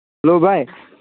hello ꯚꯥꯏ